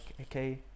okay